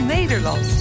Nederland